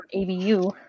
ABU